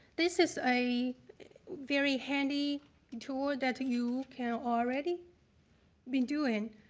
this is a very handy tool that you can already be doing.